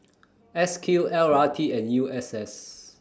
S Q L R T and U S S